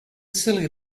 silly